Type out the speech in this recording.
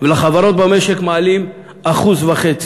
ולחברות במשק מעלים 1.5%,